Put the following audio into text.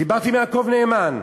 דיברתי עם יעקב נאמן.